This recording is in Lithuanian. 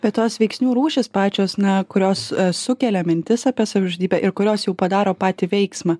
be tos veiksnių rūšys pačios na kurios sukelia mintis apie savižudybę ir kurios jau padaro patį veiksmą